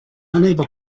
unable